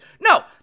No